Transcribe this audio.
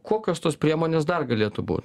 kokios tos priemonės dar galėtų būt